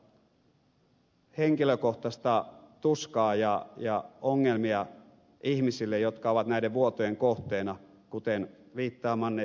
söderman ne aiheuttavat henkilökohtaista tuskaa ja ongelmia ihmisille jotka ovat näiden vuotojen kohteena kuten viittaamanne ed